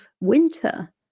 winter